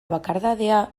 bakardadea